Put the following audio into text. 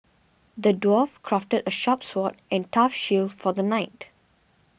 the dwarf crafted a sharp sword and a tough shield for the knight